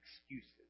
excuses